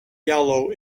yellow